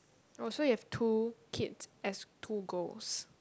oh so you have two kids as two goals